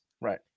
right